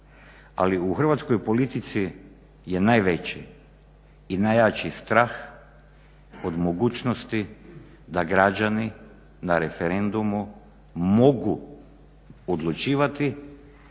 ali u hrvatskoj politici je najveći i najjači strah od mogućnosti da građani na referendumu mogu odlučivati